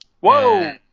Whoa